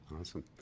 Awesome